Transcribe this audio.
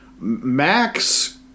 Max